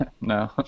No